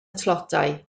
tlotai